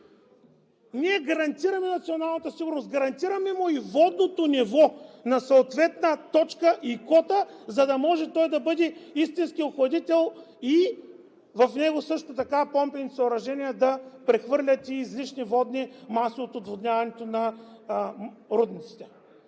г., гарантираме националната сигурност, гарантираме му и водното ниво на съответна точка и кота, за да може той да бъде истински охладител и в него също така помпените съоръжения да прехвърлят и излишни водни маси от отводняването на рудниците.